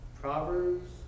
Proverbs